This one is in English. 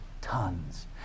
Tons